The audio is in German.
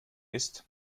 ist